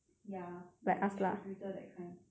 ya like distributor that kind